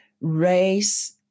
race